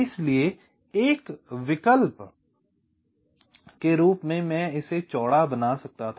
इसलिए एक विकल्प के रूप में मैं इसे चौड़ा बना सकता था